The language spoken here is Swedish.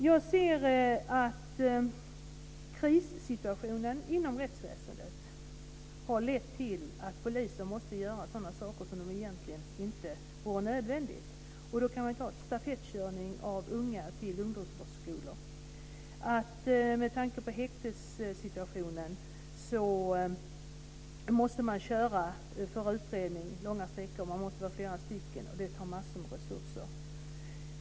Jag ser att krissituationen inom rättsväsendet har lett till att poliser måste göra sådana saker som egentligen inte borde vara nödvändiga. Man kan nämna t.ex. stafettkörning av unga till ungdomsvårdsskolor. Med tanke på häktessituationen måste man köra långa sträckor för utredning. Man måste vara flera stycken, och det tar massor av resurser.